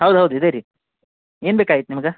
ಹೌದು ಹೌದು ಇದೆ ರೀ ಏನು ಬೇಕಾಗಿತ್ತು ನಿಮಗೆ